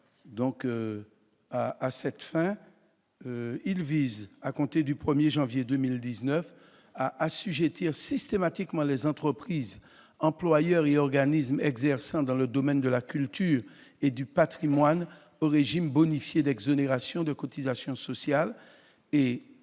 À cette fin, il vise, à compter du 1 janvier 2019, à assujettir systématiquement les entreprises, employeurs et organismes exerçant dans le domaine de la culture et du patrimoine au régime bonifié d'exonération de cotisations sociales.